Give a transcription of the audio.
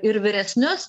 ir vyresnius